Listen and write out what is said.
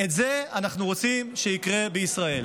זה אנחנו רוצים שיקרה בישראל.